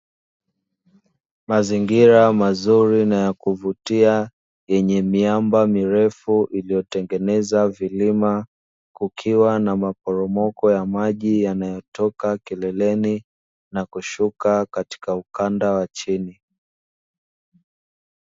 Mazingira mazuri na ya kuvutia yenye miamba mirefu iliyotengeneza vilima kukiwa na maporomoko ya maji, yanayotoka kileleni na kushuka katika ukanda wa chini.